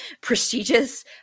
prestigious